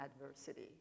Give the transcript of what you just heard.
adversity